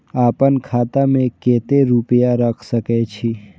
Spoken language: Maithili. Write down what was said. आपन खाता में केते रूपया रख सके छी?